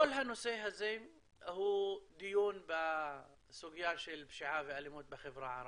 כל הנושא הזה הוא דיון בסוגיה של פשיעה ואלימות בחברה הערבית.